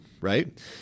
right